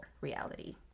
reality